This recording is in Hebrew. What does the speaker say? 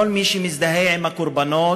כל מי שמזדהה עם הקורבנות,